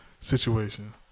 situation